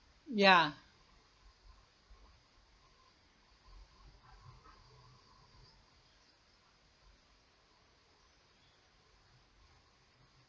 ya